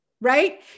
right